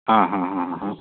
ಹಾಂ ಹಾಂ ಹಾಂ ಹಾಂ ಹಾಂ